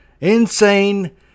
Insane